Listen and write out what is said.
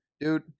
dude